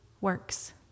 works